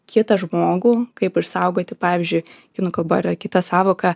kitą žmogų kaip išsaugoti pavyzdžiui kinų kalboj yra kita sąvoka